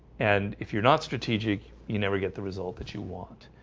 and if you're not strategic you never get the result that you want